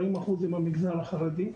40% זה במגזר החרדי.